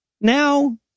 Now